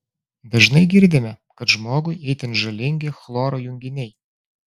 dažnai girdime kad žmogui itin žalingi chloro junginiai